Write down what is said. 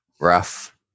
Rough